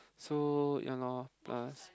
so ya lor plus